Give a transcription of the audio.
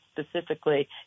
specifically